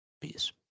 Peace